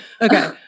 okay